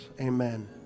Amen